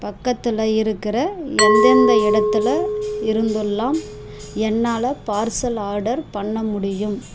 பக்கத்தில் இருக்கிற எந்தெந்த இடத்தில் இருந்தெலாம் என்னால் பார்சல் ஆர்டர் பண்ண முடியும்